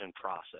process